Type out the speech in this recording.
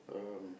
um